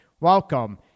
welcome